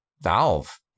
Valve